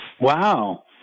Wow